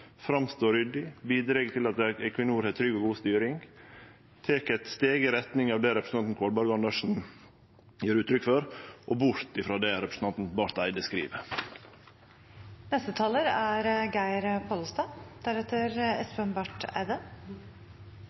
framstår ryddig, bidreg til at Equinor har trygg og god styring, tek eit steg i retning av det representantane Kolberg og Andersen gjev uttrykk for, og bort frå det representanten Barth Eide skriv. Det er